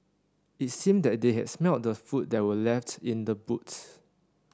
it seemed that they had smelt the food that were left in the boot